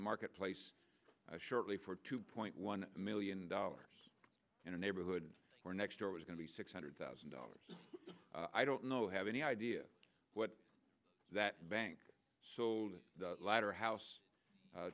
the marketplace shortly for two point one million dollars in a neighborhood where next door was going to be six hundred thousand dollars i don't know have any idea what that bank sold the latter house